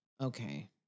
okay